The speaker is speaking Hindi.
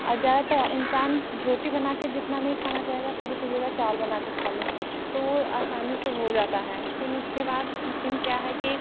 और ज़्यादातर इंसान रोटी बना के जितना नहीं खाना चाहेगा पहले सोचेगा चावल बना कर खा ले तो वह आसानी से हो जाता है फिर उसके बाद फिर क्या है कि